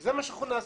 זה מה שאנחנו נעשה.